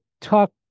talk